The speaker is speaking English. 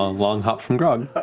ah long hop from grog.